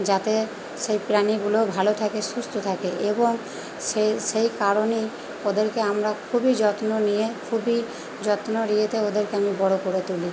যাতে সেই প্রাণীগুলো ভালো থাকে সুস্থ থাকে এবং সেই সেই কারণেই ওদেরকে আমরা খুবই যত্ন নিয়ে খুবই যত্ন ইয়েতে ওদেরকে আমি বড়ো করে তুলি